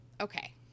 okay